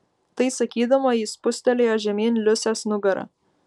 tai sakydama ji spustelėjo žemyn liusės nugarą